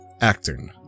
acting